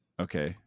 Okay